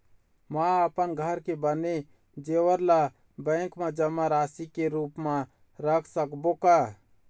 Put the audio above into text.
म अपन घर के बने जेवर ला बैंक म जमा राशि के रूप म रख सकबो का?